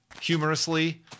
humorously